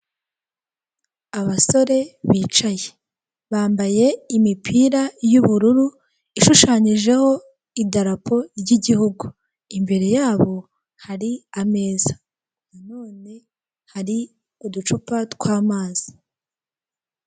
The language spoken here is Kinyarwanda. Abasore bicaye. Bambaye imipira y'ubururu ishushanyijeho idarapo ry'igihugu. Imbere yabo hari ameza, na none hari uducupa tw'amazi.